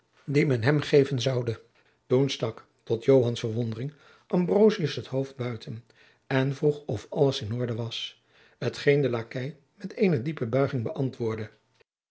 die men hem geven zoude toen stak tot joans verwondering ambrosius het hoofd buiten en vroeg of alles in orde was t geen de lakei met eene diepe buiging bëantwoordde